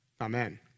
amen